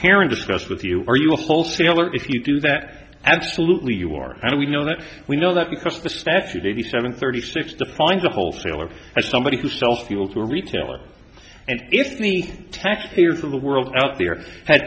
heron discussed with you are you a wholesaler if you do that absolutely you are how do we know that we know that because of the statute eighty seven thirty six defines a wholesaler as somebody who sells fuel to a retailer and if the taxpayers of the world out there had